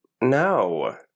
No